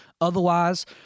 otherwise